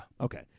Okay